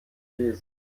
lesen